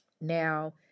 Now